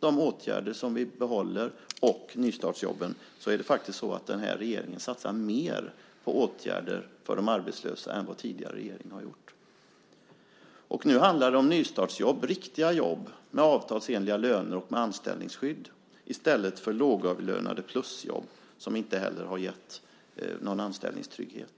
de åtgärder som vi behåller och nystartsjobben, satsar faktiskt den här regeringen mer på åtgärder för de arbetslösa än vad den tidigare regeringen har gjort. Nu handlar det om nystartsjobb, riktiga jobb med avtalsenliga löner och anställningsskydd i stället för lågavlönade plusjobb som inte heller har gett någon anställningstrygghet.